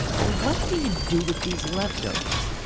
but what do you do with these leftovers?